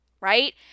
right